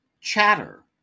Chatter